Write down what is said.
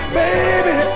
baby